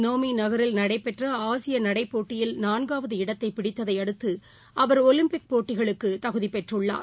நோமிநகரில் நடைபெற்றஆசியநடைப் போட்டியில் நான்காவது ஐப்பானின் இடத்தைபிடித்ததைஅடுத்துஅவர் ஒலிம்பிக் போட்டிகளுக்குதகுதிபெற்றுள்ளார்